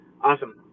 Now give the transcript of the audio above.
Awesome